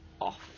off